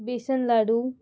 बेसन लाडू